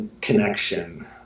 connection